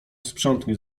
sprzątnie